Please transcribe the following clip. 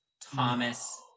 Thomas